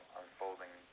unfolding